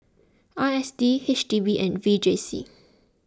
I S D H D B and V J C